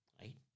right